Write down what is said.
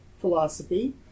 philosophy